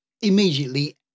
immediately